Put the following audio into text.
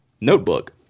notebook